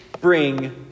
bring